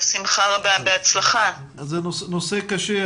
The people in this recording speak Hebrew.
זה נושא קשה.